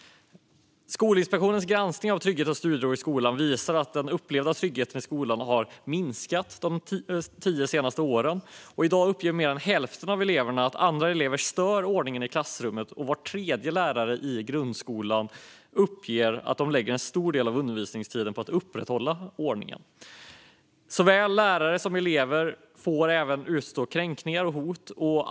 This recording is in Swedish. Skolinspektionens granskning av trygghet och studiero i skolan visar att den upplevda tryggheten i skolan har minskat de senaste tio åren. I dag uppger mer än hälften av eleverna att andra elever stör ordningen i klassrummet, och var tredje lärare i grundskolan uppger att de lägger en stor del av undervisningstiden på att upprätthålla ordningen. Såväl lärare som elever får även utstå kränkningar och hot.